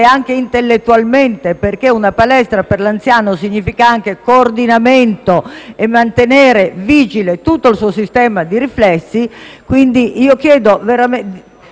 anche intellettualmente (perché una palestra per l'anziano significa anche coordinamento e mantenere vigile il proprio sistema di riflessi). Spero che l'Assemblea